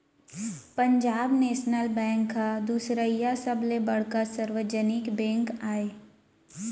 Punjab National Bank ह दुसरइया सबले बड़का सार्वजनिक बेंक आय